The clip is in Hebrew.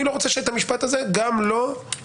אני לא רוצה את המשפט הזה גם לא בתאוריה.